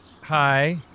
hi